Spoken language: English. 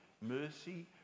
mercy